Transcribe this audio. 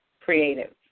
creative